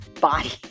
body